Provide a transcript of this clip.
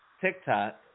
TikTok